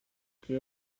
che